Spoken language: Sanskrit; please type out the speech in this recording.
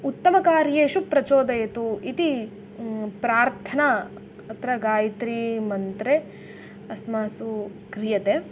उत्तमकार्येषु प्रचोदयतु इति प्रार्थना अत्र गायत्रीमन्त्रे अस्माभिः क्रियते